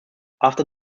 after